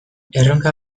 erronka